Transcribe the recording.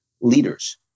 leaders